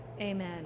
Amen